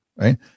right